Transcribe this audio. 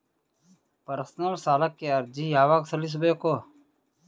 Personal ಸಾಲಕ್ಕೆ ಅರ್ಜಿ ಯವಾಗ ಸಲ್ಲಿಸಬೇಕು?